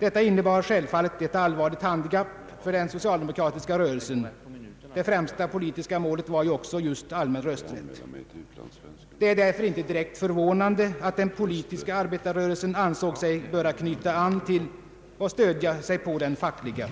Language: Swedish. Detta innebar självfallet ett allvarligt handikapp för den socialdemokratiska rörelsen. Det främsta politiska målet var ju också just allmän rösträtt. Det är därför inte direkt förvånande att den politiska arbetarrörelsen ansåg sig böra knyta an till och stödja sig på den fackliga.